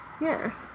Yes